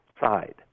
side